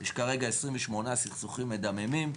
יש כרגע 28 סכסוכים מדממים,